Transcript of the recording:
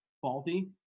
faulty